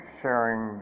sharing